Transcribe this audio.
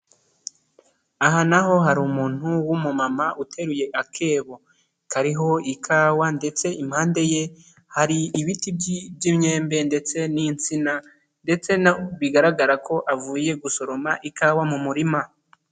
Aha naho hari umuntu w'umumama uteruye akebo kariho ikawa, ndetse impande ye hari ibiti by'imyembe ndetse n'insina, ndetse bigaragara ko avuye gusoroma ikawa mu murima.